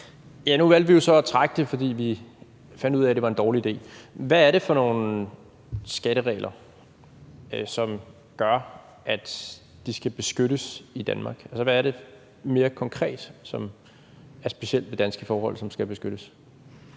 Nu valgte vi jo så at trække det, fordi vi fandt ud af, at det var en dårlig idé. Hvad er det for nogle skatteregler, som gør, at de skal beskyttes i Danmark? Altså, hvad er det mere konkret, som er specielt ved danske forhold, og som skal beskyttes?